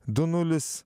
du nulis